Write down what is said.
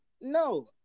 No